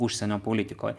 užsienio politikoj